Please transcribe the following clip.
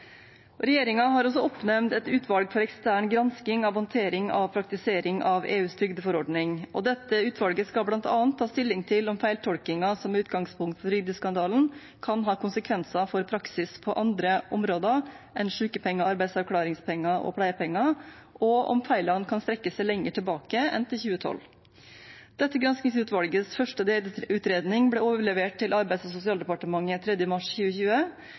har også oppnevnt et utvalg for ekstern gransking av håndtering og praktisering av EUs trygdeforordning. Dette utvalget skal bl.a. ta stilling til om feiltolkingen som er utgangspunktet for trygdeskandalen, kan ha konsekvenser for praksis på andre områder enn sykepenger, arbeidsavklaringspenger og pleiepenger, og om feilene kan strekke seg lenger tilbake enn til 2012. Dette granskingsutvalgets første utredning ble overlevert til Arbeids- og sosialdepartementet 3. mars 2020,